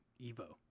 evo